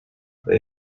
they